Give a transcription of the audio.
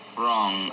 wrong